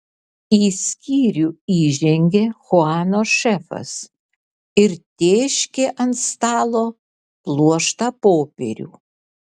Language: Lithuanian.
į skyrių įžengė chuano šefas ir tėškė ant stalo pluoštą popierių